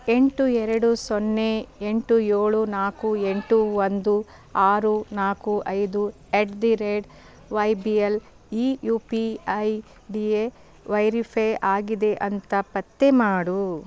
ಎಂಟು ಎರಡು ಸೊನ್ನೆ ಎಂಟು ಏಳು ನಾಲ್ಕು ಎಂಟು ಒಂದು ಆರು ನಾಲ್ಕು ಐದು at the rate Y B L ಈ ಯು ಪಿ ಐ ಡಿ ಎ ವೈರಿಫೇ ಆಗಿದೆ ಅಂತ ಪತ್ತೆ ಮಾಡು